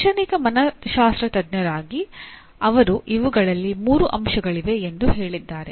ಶೈಕ್ಷಣಿಕ ಮನಶ್ಶಾಸ್ತ್ರಜ್ಞರಾಗಿ ಅವರು ಇವುಗಳಲ್ಲಿ ಮೂರು ಅಂಶಗಳಿವೆ ಎಂದು ಹೇಳಿದ್ದಾರೆ